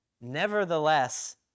nevertheless